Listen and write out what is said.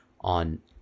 on